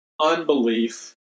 unbelief